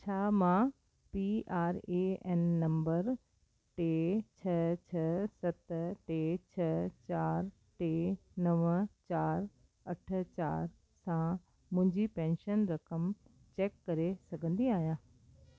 छा मां P R A N number टे छह छह सत टे छह चारि टे नव चारि अठ चारि सां मुंहिंजी पेंशन रक़म चेक करे सघंदी आहियां